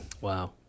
Wow